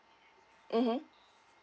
mmhmm